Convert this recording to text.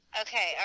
Okay